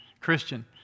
Christian